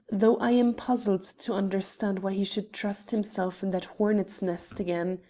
though i am puzzled to understand why he should trust himself in that hornets' nest again.